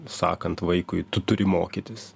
sakant vaikui tu turi mokytis